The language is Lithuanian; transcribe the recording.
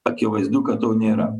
akivaizdu kad to nėra